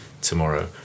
tomorrow